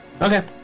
Okay